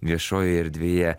viešojoje erdvėje